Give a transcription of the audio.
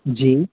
जी